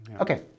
Okay